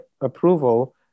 approval